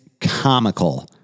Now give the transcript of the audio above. comical